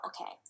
okay